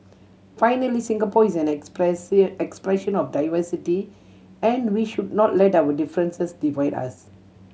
finally Singapore is an expression of diversity and we should not let our differences divide us